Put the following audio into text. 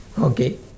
okay